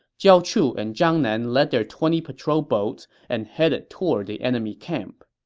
jiao chu and zhang nan led their twenty patrol boats and headed toward the enemy camp